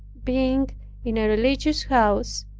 being in a religious house,